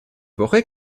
woche